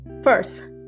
First